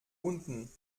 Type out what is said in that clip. unten